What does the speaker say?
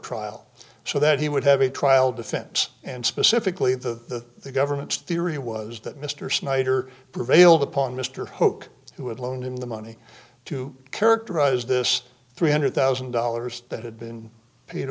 trial so that he would have a trial defense and specifically the government's theory was that mr snyder prevailed upon mr hoke who had loaned him the money to characterize this three hundred thousand dollars that had been paid